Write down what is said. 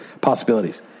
possibilities